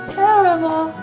terrible